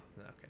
okay